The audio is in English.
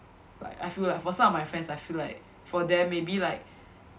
like I feel lah for some of my friends I feel like for them maybe like